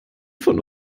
von